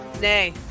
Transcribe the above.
Nay